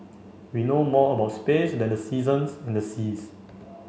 we know more about space than the seasons and the seas